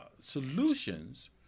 solutions